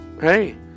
hey